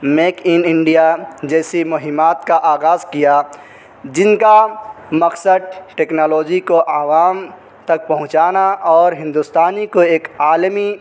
make in India جیسی مہمات کا آغاز کیا جن کا مقصد ٹیکنالوجی کو عوام تک پہنچانا اور ہندوستانی کو ایک عالمی